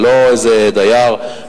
זה לא איזה דייר,